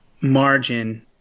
margin